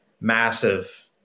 massive